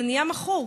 ואתה נהיה מכור.